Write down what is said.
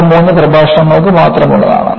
ഇത് മൂന്ന് പ്രഭാഷണങ്ങൾമാത്രമുള്ളതാണ്